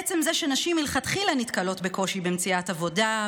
עצם זה שנשים מלכתחילה נתקלות בקושי במציאת עבודה,